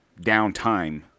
downtime